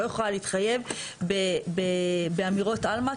לא יכולה להתחייב באמירות עלמא,